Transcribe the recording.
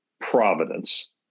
providence